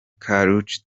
karrueche